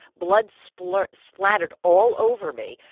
blood splattered splattered all over me.